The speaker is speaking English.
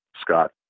Scott